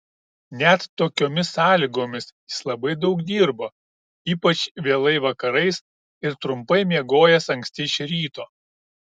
net tokiomis sąlygomis jis labai daug dirbo ypač vėlai vakarais ir trumpai miegojęs anksti iš ryto